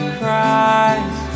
cries